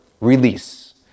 release